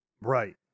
right